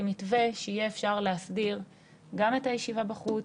מתווה שיהיה אפשר להסדיר גם את הישיבה בחוץ,